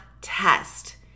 test